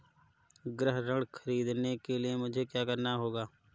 गृह ऋण ख़रीदने के लिए मुझे क्या करना होगा?